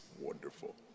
wonderful